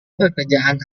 pekerjaan